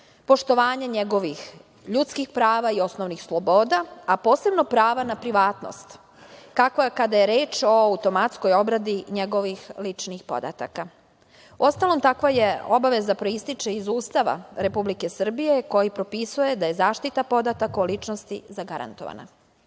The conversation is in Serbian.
poštovanje njegovih ljudskih prava i osnovnih sloboda, a posebno prava na privatnost, kako i kada je reč o automatskoj obradi njegovih ličnih podataka. Uostalom takva obaveza proističe iz Ustava Republike Srbije koji propisuje da je zaštita podataka o ličnosti zagarantovana. Regulatori